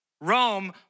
Rome